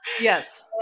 yes